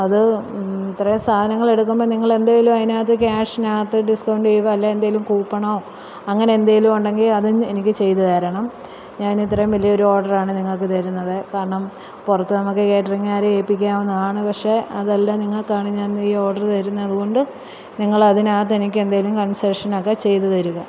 അത് ഇത്രയും സാധനങ്ങളെടുക്കുമ്പോള് നിങ്ങളെന്തേലും അതിനകത്ത് ക്യാഷിനകത്ത് ഡിസ്കൗണ്ട് ചെയ്യുവോ അല്ലെങ്കില് എന്തേലും കൂപ്പണോ അങ്ങനെന്തേലുമുണ്ടെങ്കില് അതും എനിക്ക് ചെയ്ത് തരണം ഞാൻ ഇത്രയും വലിയൊരു ഓർഡറാണ് നിങ്ങള്ക്ക് തരുന്നത് കാരണം പുറത്ത് നമുക്ക് കാറ്ററിംഗുകാരെ ഏൽപിക്കാവുന്നതാണ് പക്ഷെ അതല്ല നിങ്ങൾക്കാണ് ഞാനിന്ന് ഈ ഓർഡര് തരുന്നത് അതുകൊണ്ട് നിങ്ങളതിനാത്ത് എനിക്കെന്തേലും കൺസഷനൊക്കെ ചെയ്ത് തരുക